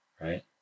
right